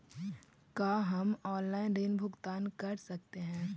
का हम आनलाइन ऋण भुगतान कर सकते हैं?